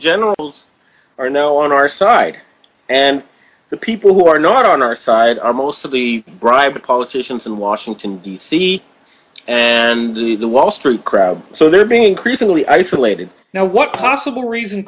generals are now on our side and the people who are not on our side are mostly bribe politicians in washington d c and to the wall street crowd so they're being increasingly isolated now what possible reason